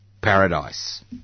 paradise